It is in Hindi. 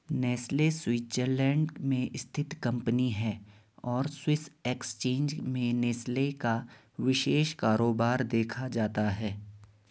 नेस्ले स्वीटजरलैंड में स्थित कंपनी है और स्विस एक्सचेंज में नेस्ले का विशेष कारोबार देखा जाता है